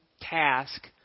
task